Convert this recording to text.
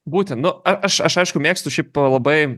būtent nu a aš aš aišku mėgstu šiaip labai